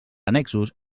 annexos